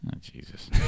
Jesus